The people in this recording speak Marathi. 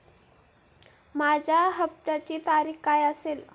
माझ्या हप्त्याची तारीख काय असेल?